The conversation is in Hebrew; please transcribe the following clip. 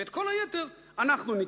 ואת כל היתר אנחנו ניקח.